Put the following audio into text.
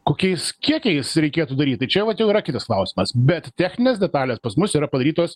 kokiais kiekiais reikėtų daryt tai čia vat jau yra kitas klausimas bet techninės detalės pas mus yra padarytos